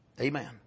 Amen